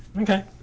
Okay